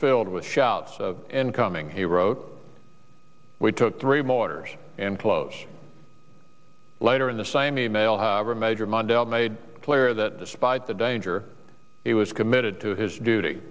filled with shouts of incoming he wrote we took three mortars and close later in the same email however major mondale made it clear that despite the danger he was committed to his duty